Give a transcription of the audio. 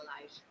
life